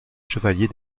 chevalier